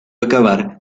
acabar